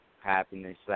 happiness